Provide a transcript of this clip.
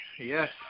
Yes